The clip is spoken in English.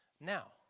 now